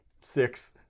six